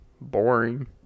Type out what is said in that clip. boring